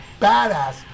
badass